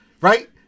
Right